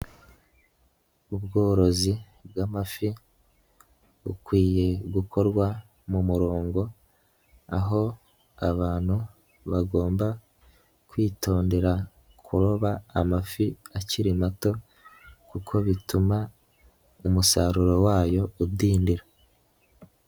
Ubworozi bw'amafi bukwiye gukorwa mu murongo, aho abantu bagomba kwitondera kuroba amafi akiri mato, kuko bituma umusaruro wayo udindira.